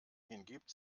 hingibt